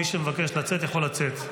מי שמבקש לצאת, יכול לצאת.